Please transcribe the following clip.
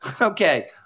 okay